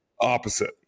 Opposite